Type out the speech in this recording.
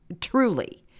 truly